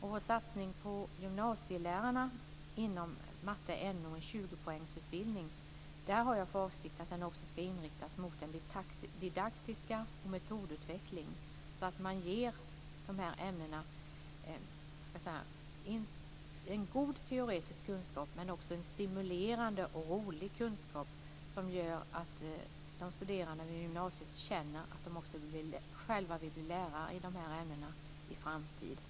I vår satsning på gymnasielärarna inom matte och NO i 20-poängsutbildning är avsikten att den också skall inriktas mot det didaktiska och metodutveckling så att man ger i dessa ämnen en god teoretisk kunskap men också en stimulerande och rolig kunskap som gör att de studerande vid gymnasiet känner att de själva vill bli lärare i dessa ämnen i framtiden.